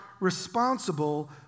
responsible